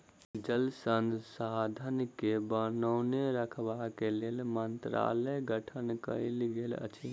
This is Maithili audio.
जल संसाधन के बनौने रखबाक लेल मंत्रालयक गठन कयल गेल अछि